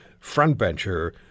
frontbencher